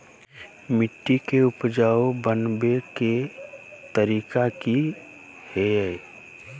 मिट्टी के उपजाऊ बनबे के तरिका की हेय?